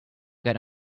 get